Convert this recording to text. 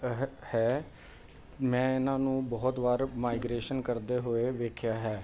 ਹ ਹੈ ਮੈਂ ਇਹਨਾਂ ਨੂੰ ਬਹੁਤ ਵਾਰ ਮਾਈਗ੍ਰੇਸ਼ਨ ਕਰਦੇ ਹੋਏ ਵੇਖਿਆ ਹੈ